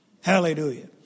Hallelujah